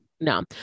no